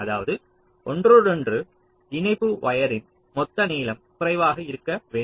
அதாவது ஒன்றோடொன்று இணைப்பு வயர்ரின் மொத்த நீளம் குறைவாக இருக்க வேண்டும்